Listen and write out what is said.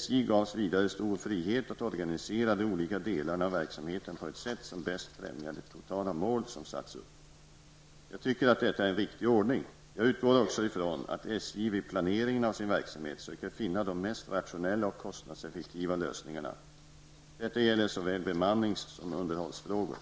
SJ gavs vidare stor frihet att organisera de olika delarna av verksamheten på ett sätt som bäst främjar de totala mål som satts upp. Jag tycker att detta är en riktig ordning. Jag utgår också ifrån att SJ vid planeringen av sin verksamhet söker finna de mest rationella och kostnadseffektiva lösningarna. Detta gäller såväl bemannings som underhållsfrågor.